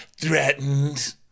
Threatened